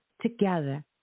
together